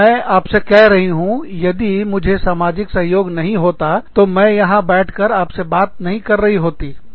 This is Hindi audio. मैं आपसे कह रही हूँ यदि मुझे सामाजिक सहयोग नहीं होता तो मैं यहां बैठकर आपसे बात नहीं कर रही होती